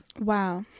Wow